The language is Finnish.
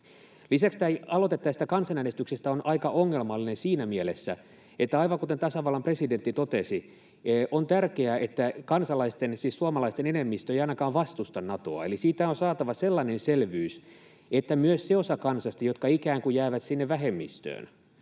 Lisäksi aloite tästä kansanäänestyksestä on aika ongelmallinen. Aivan kuten tasavallan presidentti totesi, on tärkeää, että kansalaisten, siis suomalaisten enemmistö ei ainakaan vastusta Natoa, eli siitä on saatava sellainen selvyys, että myös se osa kansasta, jotka ikään kuin jäävät sinne vähemmistöön,